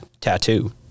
tattoo